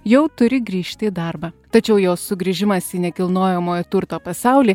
jau turi grįžti į darbą tačiau jos sugrįžimas į nekilnojamojo turto pasaulį